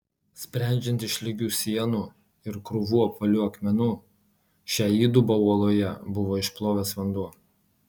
sprendžiant iš lygių sienų ir krūvų apvalių akmenų šią įdubą uoloje buvo išplovęs vanduo